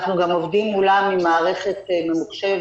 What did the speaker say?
אנחנו גם עובדים מולם עם מערכת ממוחשבת,